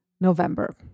november